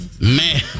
Man